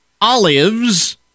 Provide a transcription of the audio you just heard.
olives